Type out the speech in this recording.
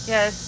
Yes